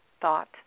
thought